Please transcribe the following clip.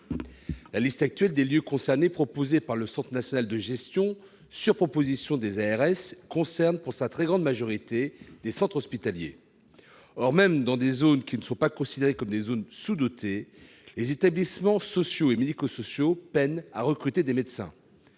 La liste actuelle des lieux concernés proposée par le Centre national de gestion, sur suggestion des agences régionales de santé, les ARS, concerne, pour sa très grande majorité, des centres hospitaliers. Or, même dans des zones qui ne sont pas considérées comme des zones sous-dotées, les établissements sociaux et médico-sociaux peinent à recruter des médecins.